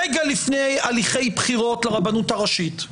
רגע לפני הליכי בחירות לרבנות הראשית,